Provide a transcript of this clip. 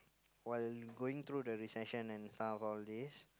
while going through the recession and tough all this